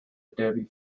adobe